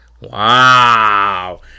Wow